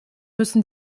müssen